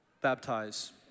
baptize